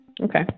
Okay